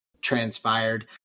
transpired